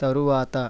తరువాత